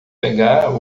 pegar